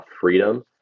Freedom